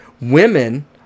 Women